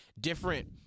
different